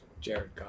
Jared